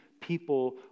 people